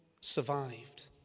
survived